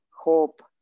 hope